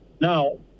now